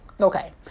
Okay